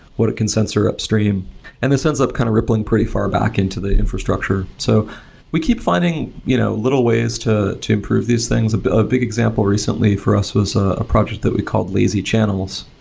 what it can sensor upstream and this sense of kind of rippling pretty far back into the infrastructure. so we keep finding you know little ways to to improve these things. a big example recently for us was a project that we called lazy channels,